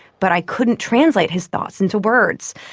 but i couldn't translate his thoughts into words.